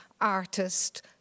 artist